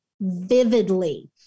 vividly